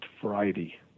Friday